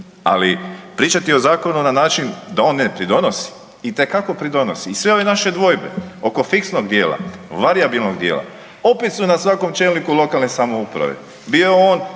Ali pričati o zakonu na način da on ne pridonosi, itekako pridonosi i sve ove naše dvojbe oko fiksnog dijela, varijabilnog dijela opet su na svakom čelniku lokalne samouprave bio on